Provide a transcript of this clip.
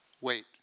Wait